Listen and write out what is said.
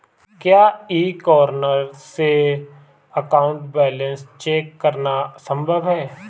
क्या e corner से account balance check करना संभव है?